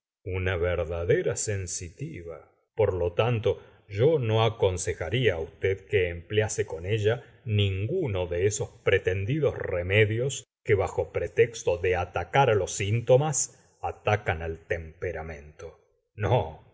una verdadera sensitiva por lo tanto yo no aconsejaría á usted que emplease con ella ninguno de esos pretendidos remedios que bajo pretexto de atacar á los síntomas atacan al temperamento no